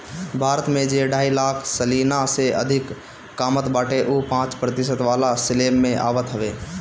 भारत में जे ढाई लाख सलीना से अधिका कामत बाटे उ पांच प्रतिशत वाला स्लेब में आवत हवे